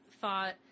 thought